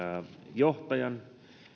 johtajan